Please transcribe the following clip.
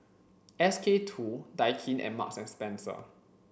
S K two Daikin and Marks and Spencer